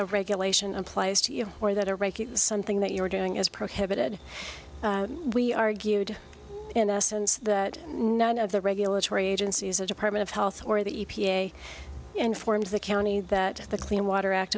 a regulation applies to you or that a regular something that you are doing is prohibited we argued in essence that none of the regulatory agencies or department of health or the e p a informs the county that the clean water act